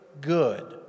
good